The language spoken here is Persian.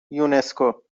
یونسکو